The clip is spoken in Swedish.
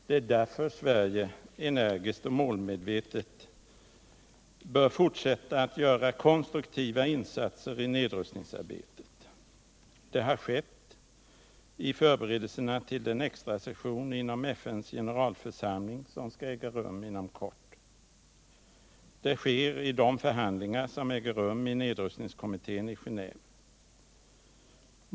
Det är därför Sverige energiskt och målmedvetet bör fortsätta att göra konstruktiva insatser i nedrustningsarbetet. Det har skett i förberedelserna till den extra session inom FN:s generalförsamling som skall äga rum inom kort. Det sker i de förhandlingar som äger rum i nedrustningskommittén i Geneve.